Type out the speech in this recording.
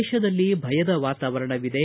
ದೇಶದಲ್ಲಿ ಭಯದ ವಾತಾವರಣವಿದೆ